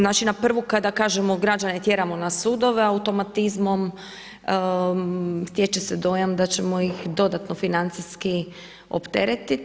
Znači na prvu kada kažemo građane tjeramo na sudove automatizmom stječe se dojam da ćemo ih dodatno financijski opteretiti.